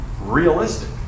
realistic